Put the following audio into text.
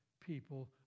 people